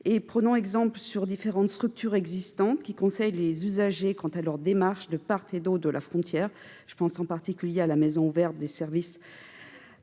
Prenons exemple sur différentes structures existantes qui conseillent les usagers quant à leurs démarches de part et d'autre de la frontière- je pense en particulier à la Maison ouverte des services